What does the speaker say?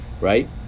right